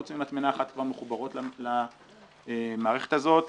חוץ ממטמנה אחת כבר מחוברות למערכת הזאת.